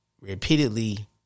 repeatedly